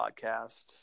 podcast